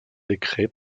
décrets